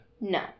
No